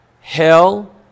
hell